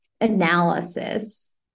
analysis